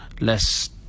less